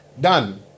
Done